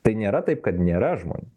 tai nėra taip kad nėra žmonių